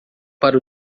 para